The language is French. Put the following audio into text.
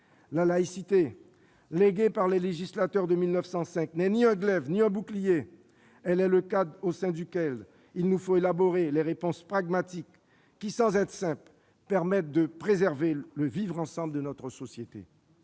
La laïcité léguée par les législateurs de 1905 n'est ni un glaive ni un bouclier. Elle est le cadre au sein duquel il nous faut élaborer les réponses pragmatiques qui, sans être simples, permettent de préserver le vivre ensemble de notre société.